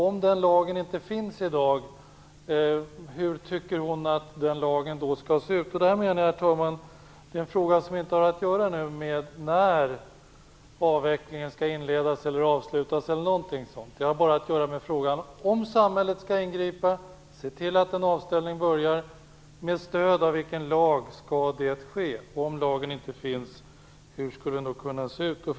Om det inte finns en sådan lag i dag, hur tycker hon att denna lag skall se ut? Denna fråga har inte att göra med när avvecklingen skall inledas eller avslutas. Den har bara att göra med frågan om ifall samhället skall ingripa och se till att en avställning inleds, med stöd av vilken lag skall detta ske? Om lagen inte finns, hur skulle den kunna se ut?